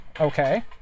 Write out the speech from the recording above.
okay